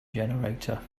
generator